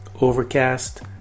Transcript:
Overcast